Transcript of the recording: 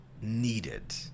needed